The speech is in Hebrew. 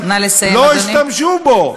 לא השתמשו בו.